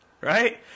right